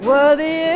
Worthy